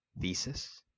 thesis